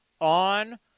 on